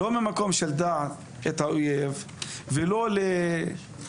לא ממקום של דע את האויב ולא ל-8200,